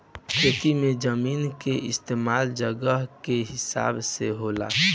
खेती मे जमीन के इस्तमाल जगह के हिसाब से होला